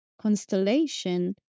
constellation